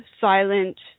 silent